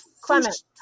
Clement